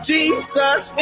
Jesus